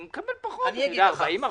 הוא מקבל פחות, כ-40%.